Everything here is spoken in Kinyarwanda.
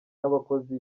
n’abakozi